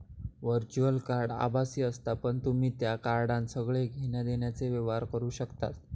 virtual card आभासी असता पण तुम्ही त्या कार्डान सगळे घेण्या देण्याचे व्यवहार करू शकतास